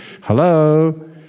Hello